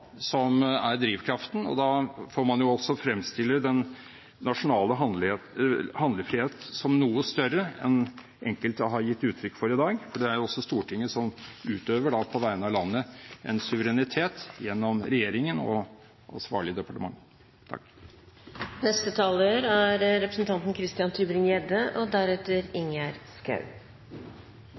som er drivkraften, og da får man jo også fremstille den nasjonale handlefrihet som noe større enn enkelte har gitt uttrykk for i dag, for det er også Stortinget som utøver, på vegne av landet, en suverenitet gjennom regjeringen og ansvarlig departement.